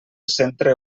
centre